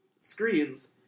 screens